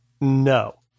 no